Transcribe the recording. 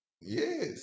Yes